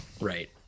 Right